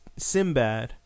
Simbad